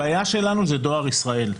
הבעיה שלנו זה דואר ישראל.